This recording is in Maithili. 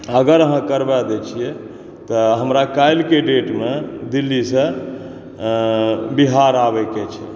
अगर अहाँ करबा दै छियै तऽ हमरा काल्हि के डेटमे दिल्ली सॅं बिहार आबै के छै